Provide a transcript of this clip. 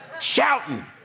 shouting